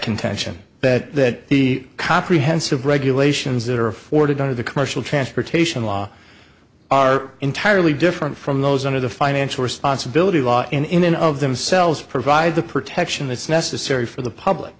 contention that the comprehensive regulations that are afforded under the commercial transportation law are entirely different from those under the financial responsibility law and in and of themselves provide the protection that's necessary for the